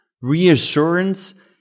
reassurance